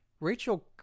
Rachel